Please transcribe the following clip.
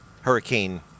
hurricane